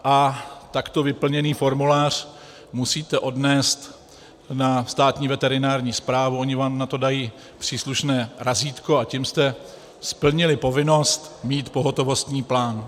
A takto vyplněný formulář musíte odnést na Státní veterinární správu, oni vám na to dají příslušné razítko, a tím jste splnili povinnost mít pohotovostní plán.